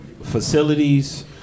facilities